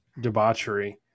debauchery